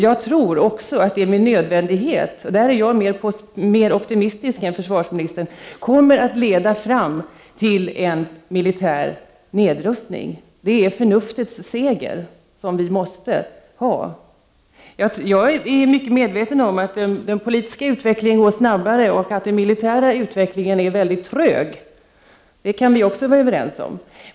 Jag tror också att det med nödvändighet — och där är jag mer optimistisk än försvarsministern — kommer att leda fram till en militär nedrustning. Det är förnuftets seger som vi måste ha. Jag är mycket väl medveten om att den politiska utvecklingen går snabbare och att den militära utvecklingen är väldigt trög. Det kan vi också vara överens om.